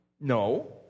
no